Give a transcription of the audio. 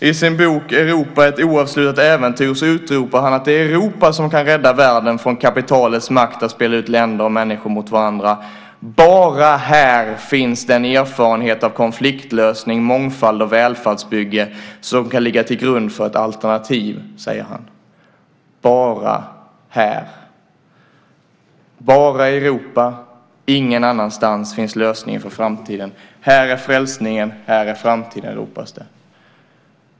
I sin bok Europa - ett oavslutat äventyr utropar han att det är Europa som kan rädda världen från kapitalets makt att spela ut länder och människor mot varandra: "Bara här finns den erfarenhet av konfliktlösning, mångfald och välfärdsbygge som kan ligga till grund för ett Alternativ", säger han. Bara här. Bara i Europa - ingen annanstans finns lösningen för framtiden. Här är frälsningen, här är framtiden, ropas det.